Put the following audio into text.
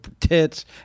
tits